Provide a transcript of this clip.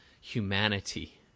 humanity